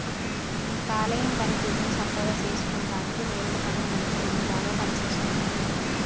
గీ కాలేయం పనితీరుని సక్కగా సేసుకుంటానికి నేరేడు పండ్లు మంచి మందులాగా పనిసేస్తున్నాయి